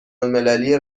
المللی